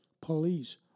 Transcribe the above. Police